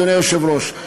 אדוני היושב-ראש,